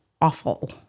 awful